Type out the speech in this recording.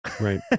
Right